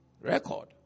Record